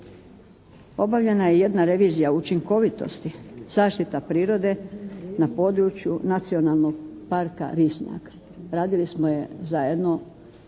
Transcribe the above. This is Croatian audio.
Obavljena je jedna revizija učinkovitosti, zaštita priroda na području Nacionalnog parka Risnjak. Radili smo je zajedno